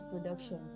production